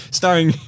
starring